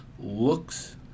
looks